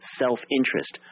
self-interest